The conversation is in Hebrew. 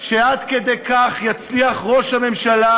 שעד כדי כך יצליח ראש הממשלה,